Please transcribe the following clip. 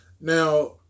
now